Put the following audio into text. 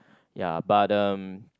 ya but uh